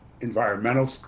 environmental